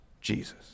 Jesus